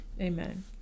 Amen